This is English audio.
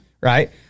right